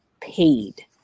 paid